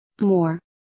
more